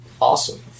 Awesome